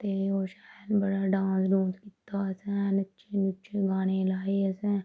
ते ओह् शैल बड़ा डांस डुंस कीता असें नच्चे नुच्चे गाने लाए असें